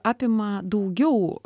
apima daugiau